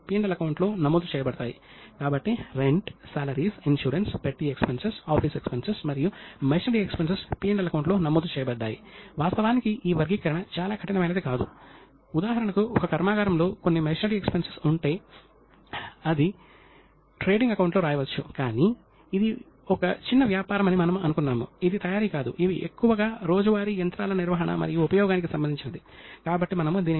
ఆర్థిక విభాగాధిపతి మరియు తనిఖీ విభాగాధిపతి విడిగా మరియు స్వతంత్రంగా రాజుకు నివేదించాలని కౌటిల్యుడు పేర్కొన్నాడు ఈ రెండింటి మధ్య ఘర్షణ సాధ్యమయ్యే అవకాశం ఉందని అతను గుర్తించాడు